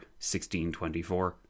1624